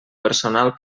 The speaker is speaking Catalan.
personal